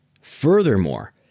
Furthermore